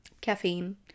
caffeine